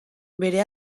bere